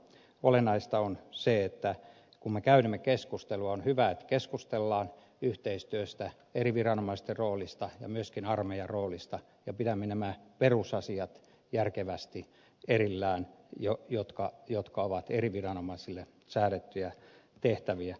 olennaista on se että kun me käymme keskustelua on hyvä että keskustellaan yhteistyöstä eri viranomaisten roolista ja myöskin armeijan roolista ja pidämme nämä perusasiat järkevästi erillään jotka ovat eri viranomaisille säädettyjä tehtäviä